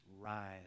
rise